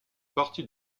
parti